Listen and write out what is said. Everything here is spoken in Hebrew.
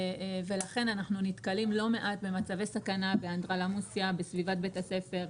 ולכן אנחנו נתקלים לא מעט במצבי סכנה ואנדרלמוסיה בסביבת בית הספר,